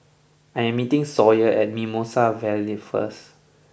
I am meeting Sawyer at Mimosa Vale first